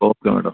okay madam